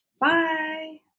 Bye